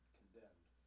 condemned